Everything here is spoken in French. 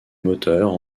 moteurs